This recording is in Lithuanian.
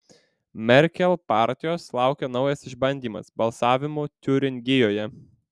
merkel partijos laukia naujas išbandymas balsavimu tiuringijoje